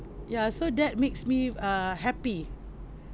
ya so that makes me err happy